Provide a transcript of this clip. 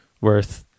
worth